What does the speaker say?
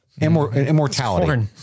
immortality